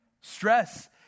stress